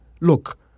look